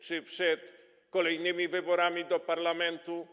Czy przed kolejnymi wyborami do parlamentu?